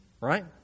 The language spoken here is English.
right